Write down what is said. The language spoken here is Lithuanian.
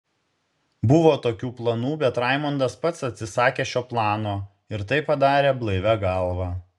buvo tokių planų bet raimondas pats atsisakė šio plano ir tai padarė blaivia galva